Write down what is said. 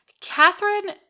Catherine